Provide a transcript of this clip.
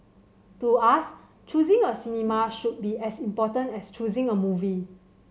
to us choosing a cinema should be as important as choosing a movie